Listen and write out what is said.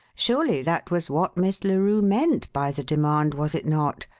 surely that was what miss larue meant by the demand, was it not?